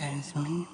אף פעם לא,